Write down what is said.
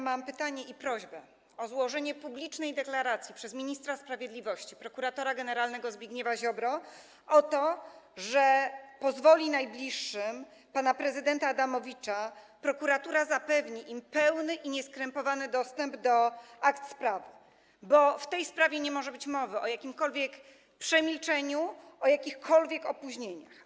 Mam pytanie, prośbę o złożenie publicznej deklaracji przez ministra sprawiedliwości - prokuratora generalnego Zbigniewa Ziobrę, że pozwoli najbliższym pana prezydenta Adamowicza... że prokuratura zapewni im pełny i nieskrępowany dostęp do akt sprawy, bo w tej sprawie nie może być mowy o jakimkolwiek przemilczeniu, o jakichkolwiek opóźnieniach.